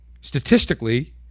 statistically